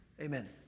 Amen